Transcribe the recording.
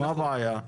מה הבעיה?